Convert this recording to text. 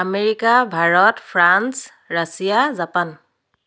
America Bharat France Russia Japan